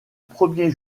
premier